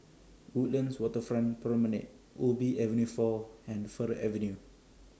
Woodlands Waterfront Promenade Ubi Avenue four and Fir Avenue